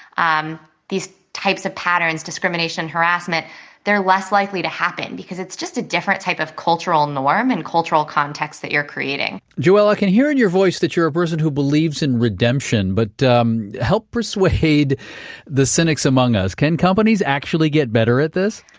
um these types of patterns discrimination, harassment they're less likely to happen, because it's just a different type of cultural norm and cultural context that you're creating. joelle, i ah can hear in your voice that you're a person who believes in redemption, but um help persuade the cynics among us can companies actually get better at this?